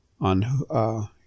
on